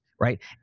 right